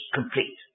complete